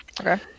okay